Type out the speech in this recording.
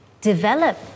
develop